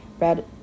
red